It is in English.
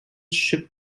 ship